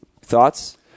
Thoughts